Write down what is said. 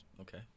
Okay